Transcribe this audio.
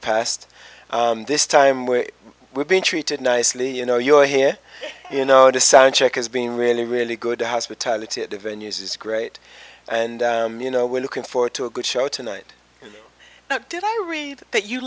past this time where we've been treated nicely you know you're here you know to soundcheck is being really really good hospitality at the venues is great and you know we're looking forward to a good show tonight did i read that you